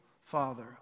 Father